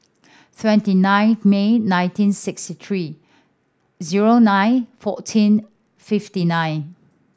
twenty nine May nineteen sixty three zero nine fourteen fifty nine